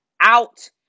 out